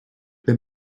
been